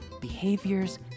behaviors